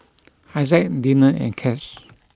Isaac Deana and Cass